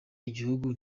igihugu